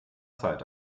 zeit